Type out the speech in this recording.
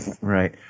Right